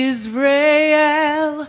Israel